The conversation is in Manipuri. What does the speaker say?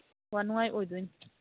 ꯋꯥꯅꯨꯡꯉꯥꯏ ꯑꯣꯏꯗꯣꯏꯅꯤ